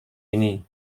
ini